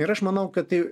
ir aš manau kad tai